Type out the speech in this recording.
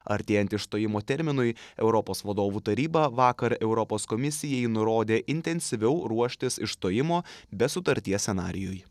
artėjant išstojimo terminui europos vadovų taryba vakar europos komisijai nurodė intensyviau ruoštis išstojimo be sutarties scenarijui